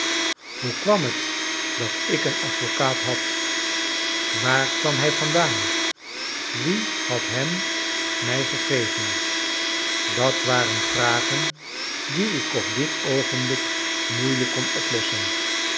hoe kwam het dat ik een advocaat had waar kwam hij vandaan wie had hem mij gegeven dat waren vragen die ik op dit oogenblik moeilijk kon oplossen